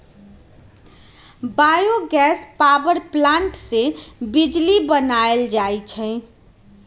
bio gas power plant से बिजली बनाएल जाइ छइ